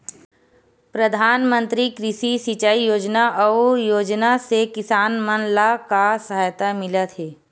प्रधान मंतरी कृषि सिंचाई योजना अउ योजना से किसान मन ला का सहायता मिलत हे?